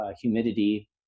humidity